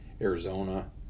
Arizona